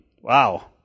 wow